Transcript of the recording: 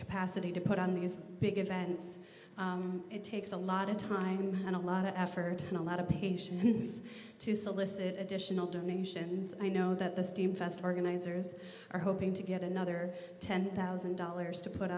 capacity to put on these big events it takes a lot of time and a lot of effort and a lot of patients to solicit additional donations i know that the steam fest organizers are hoping to get another ten thousand dollars to put